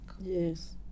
Yes